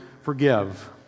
forgive